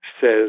says